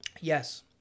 Yes